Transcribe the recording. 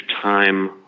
time